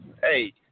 Hey